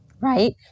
right